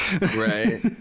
right